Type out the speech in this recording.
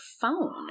phone